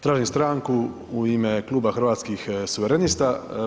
Tražim stranku u ime Kluba Hrvatskih suverenista.